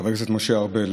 חבר הכנסת משה ארבל.